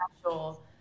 special